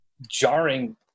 jarring